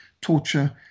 torture